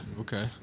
Okay